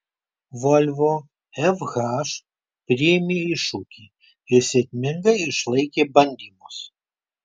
volvo fh priėmė iššūkį ir sėkmingai išlaikė bandymus